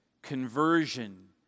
Conversion